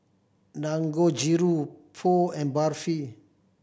Dangojiru Pho and Barfi